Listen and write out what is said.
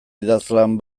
idazlan